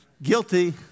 Guilty